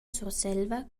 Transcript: surselva